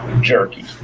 jerky